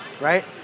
right